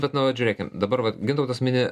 bet nu vat žiūrėkim dabar vat gintautas mini